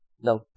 No